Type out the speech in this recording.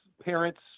parents